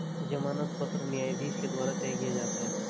जमानत पत्र न्यायाधीश के द्वारा तय किया जाता है